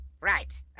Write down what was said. Right